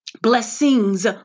blessings